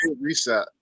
reset